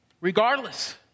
Regardless